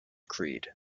creed